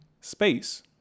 space